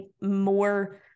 more